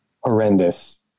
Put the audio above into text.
horrendous